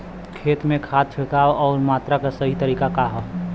खेत में खाद क छिड़काव अउर मात्रा क सही तरीका का ह?